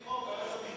בשביל זה אתה צריך חוק.